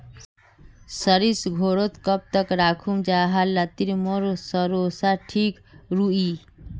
सरिस घोरोत कब तक राखुम जाहा लात्तिर मोर सरोसा ठिक रुई?